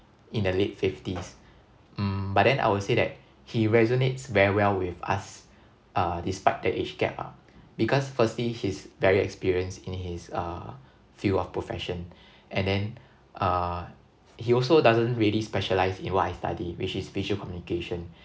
in the late fifties mm but then I would say that he resonates very well with us uh despite the age gap ah because firstly he's very experienced in his uh field of profession and then uh he also doesn't really specialise in what I study which is visual communication